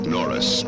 Norris